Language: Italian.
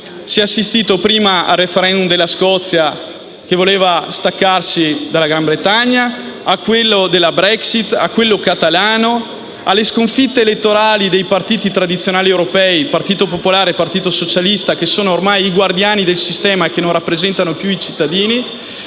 si è assistito al *referendum* della Scozia, che voleva staccarsi dalla Gran Bretagna, a quello della Brexit e a quello catalano, alle sconfitte elettorali dei partiti tradizionali europei, popolare e socialista, che sono ormai i guardiani del sistema e non rappresentano più i cittadini.